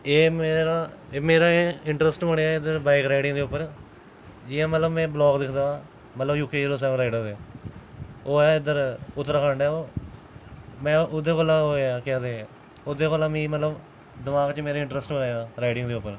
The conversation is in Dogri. एह् मेरा एह् मेरा इंटरस्ट बनेआ बाईक राइडिंग दे उप्पर जियां मतलब में ब्लॉग लिखदा मतलब य़ूके जीरो सैवन राइडर दे ओह् ऐ उद्धर उत्तराखंड ऐ उद्धर में ओह्दे कोला होआ केह् आखदे ओह्दे कोला मिगी मतलब दमाक च मेरे इंटरस्ट होआ राइडिंग दे उप्पर